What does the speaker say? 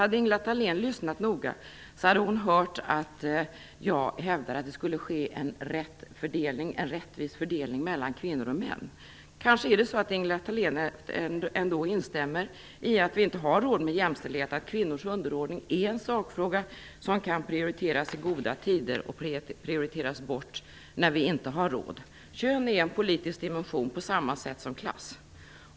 Hade Ingela Thalén lyssnat noga hade hon hört att jag hävdade att det skulle ske en rättvis fördelning mellan kvinnor och män. Det kanske ändå är så att Ingela Thalén instämmer i att vi inte har råd med jämställdhet, att kvinnors underordning är en sakfråga som kan prioriteras i goda tider och prioriteras bort när vi inte har råd. Kön är en politisk dimension på samma sätt som klass.